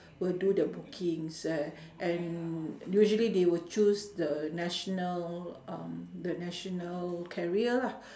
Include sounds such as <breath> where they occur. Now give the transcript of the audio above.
will do the bookings uh <breath> and usually they will choose the national um the national carrier lah <breath>